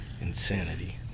Insanity